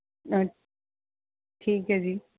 ਠੀਕ ਹੈ ਜੀ